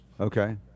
Okay